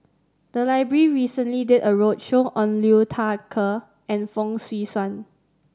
the library recently did a roadshow on Liu Thai Ker and Fong Swee Suan